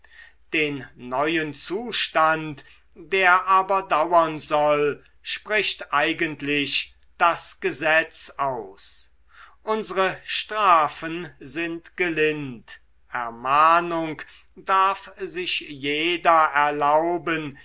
den neuen zustand der aber dauern soll spricht eigentlich das gesetz aus unsre strafen sind gelind ermahnung darf sich jeder erlauben